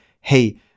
hey